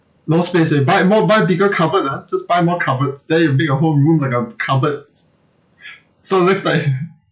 no space already buy more buy bigger cupboard lah just buy more cupboards then you make your whole room like a cupboard so next time